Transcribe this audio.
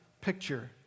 picture